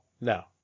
no